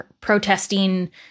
protesting